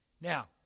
Now